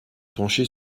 pencher